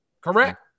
correct